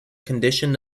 condition